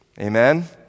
Amen